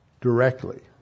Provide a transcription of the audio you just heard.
directly